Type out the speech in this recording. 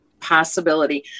Possibility